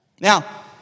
Now